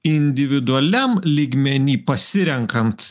individualiam lygmenyj pasirenkant